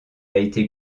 été